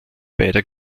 beider